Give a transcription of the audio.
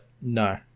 no